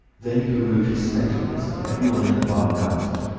then he removed his spectacles, and everyone in the bar gasped.